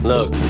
Look